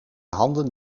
handen